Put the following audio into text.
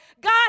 God